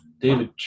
David